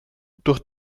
durch